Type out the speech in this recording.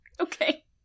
Okay